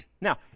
Now